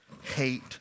hate